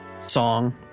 song